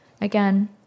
Again